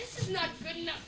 this is not good enough